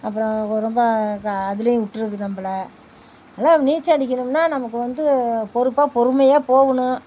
அப்புறம் ஒ ரொம்ப அதுலேயே விட்றது நம்மள அதுதான் நீச்சல் அடிக்கணுன்னால் நமக்கு வந்து பொறுப்பாக பொறுமையாக போகணும்